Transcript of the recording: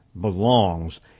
belongs